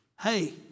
Hey